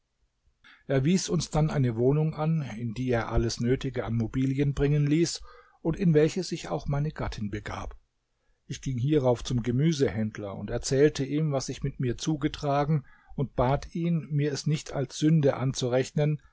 er wies uns dann eine wohnung an in die er alles nötige an mobilien bringen ließ und in welche sich auch meine gattin begab ich ging hierauf zum gemüsehändler und erzählte ihm was sich mit mir zugetragen und bat ihn mir es nicht als sünde anzurechnen